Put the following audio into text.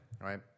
Right